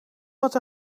wat